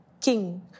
king